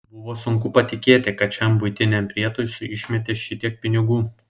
buvo sunku patikėti kad šiam buitiniam prietaisui išmetė šitiek pinigų